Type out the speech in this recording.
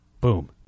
Boom